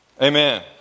Amen